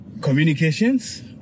communications